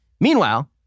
Meanwhile